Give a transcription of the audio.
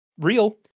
real